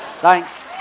Thanks